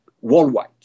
worldwide